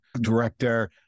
director